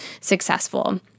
successful